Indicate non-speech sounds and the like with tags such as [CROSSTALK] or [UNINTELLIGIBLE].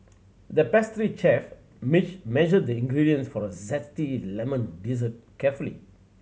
the pastry chef [UNINTELLIGIBLE] measured the ingredients for a zesty lemon dessert carefully